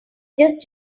just